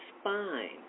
spine